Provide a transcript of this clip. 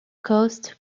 coast